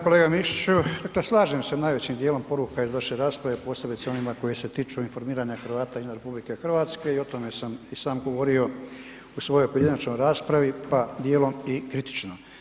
Kolega Mišiću, pa slažem se najvećim djelom poruka je iz vaše rasprave, posebice onima koje se tiču informiranja Hrvata izvan RH, i o tome sam i sam govorio u svojoj pojedinačnoj raspravi pa djelom i kritično.